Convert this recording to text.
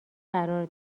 قرار